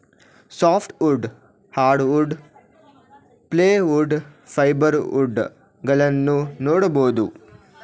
soft wood, hardwood, plywood, fibre wood ಗಳನ್ನೂ ನೋಡ್ಬೋದು